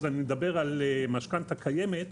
אני מדבר על משכנתה קיימת.